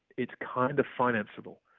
it's kind of financeable.